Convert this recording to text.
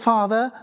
Father